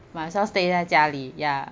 might as well stay zai jia li ya